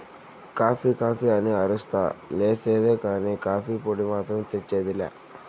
coffee coffee అని అరస్తా లేసేదే కానీ, కాఫీ పొడి మాత్రం తెచ్చేది లా